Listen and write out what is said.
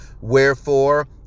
Wherefore